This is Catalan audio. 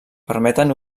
permeten